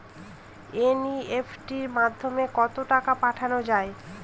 NEFT মাধ্যমে কত টাকা পাঠানো যায়?